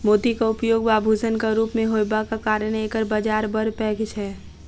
मोतीक उपयोग आभूषणक रूप मे होयबाक कारणेँ एकर बाजार बड़ पैघ छै